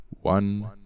One